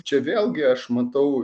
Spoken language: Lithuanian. čia vėlgi aš matau